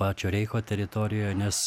pačio reicho teritorijoje nes